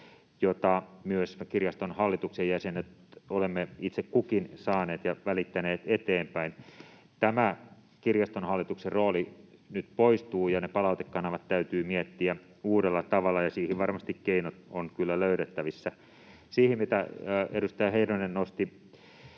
jota myös me kirjaston hallituksen jäsenet olemme itse kukin saaneet ja välittäneet eteenpäin. Tämä kirjaston hallituksen rooli nyt poistuu, ja ne palautekanavat täytyy miettiä uudella tavalla, ja siihen varmasti keinot ovat kyllä löydettävissä. Siihen, mitä edustaja Heinonen nosti